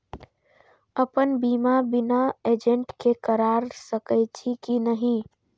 अपन बीमा बिना एजेंट के करार सकेछी कि नहिं?